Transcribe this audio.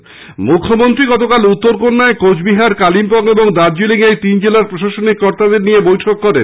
মুখ্যমন্ত্রী মমতা ব্যানার্জি গতকাল উত্তরকন্যায় কোচবিহার কালিম্পং ও দার্জিলিং এই তিন জেলার প্রশাসনিক কর্তাদের নিয়ে বৈঠক করেন